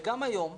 גם היום,